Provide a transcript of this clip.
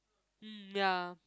mm ya